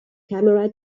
camera